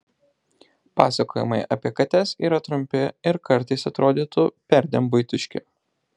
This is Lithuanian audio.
pasakojimai apie kates yra trumpi ir kartais atrodytų perdėm buitiški